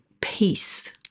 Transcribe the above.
peace